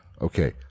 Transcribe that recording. okay